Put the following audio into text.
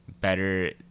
better